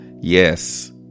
yes